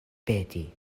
peti